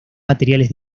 materiales